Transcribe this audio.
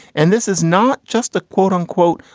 and this is not just a. quote unquote,